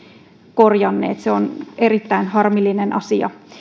korjanneet se on erittäin harmillinen asia